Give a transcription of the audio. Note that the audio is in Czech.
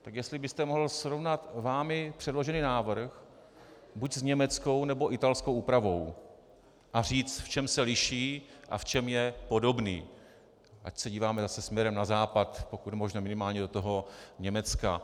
Tak jestli byste mohl srovnat vámi předložený návrh buď s německou, nebo italskou úpravou a říct, v čem se liší a v čem je podobný, ať se díváme zase směrem na západ, pokud možno minimálně do Německa.